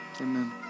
Amen